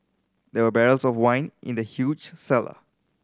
there barrels of wine in the huge cellar